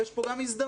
ויש פה גם הזדמנות,